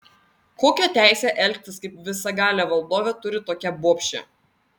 kokią teisę elgtis kaip visagalė valdovė turi tokia bobšė